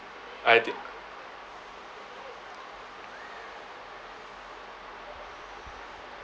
I think